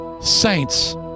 saints